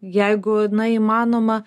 jeigu na įmanoma